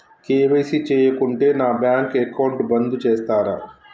KYC చేయకుంటే నా bank account బంద్ చేస్తరా?